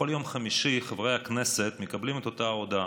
בכל יום חמישי חברי הכנסת מקבלים את אותה הודעה: